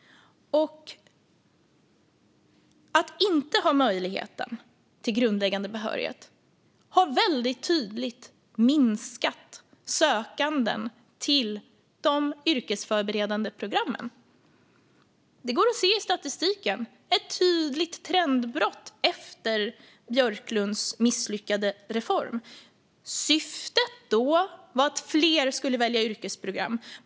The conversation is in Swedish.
Och att inte ha möjligheten till grundläggande behörighet har väldigt tydligt minskat antalet sökande till de yrkesförberedande programmen. Det går att se i statistiken. Det är ett tydligt trendbrott efter Björklunds misslyckade reform. Syftet då var att fler skulle välja yrkesprogram.